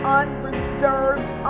unreserved